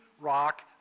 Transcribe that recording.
rock